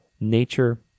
Nature